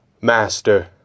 Master